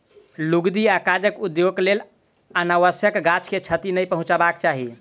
लुगदी आ कागज उद्योगक लेल अनावश्यक गाछ के क्षति नै पहुँचयबाक चाही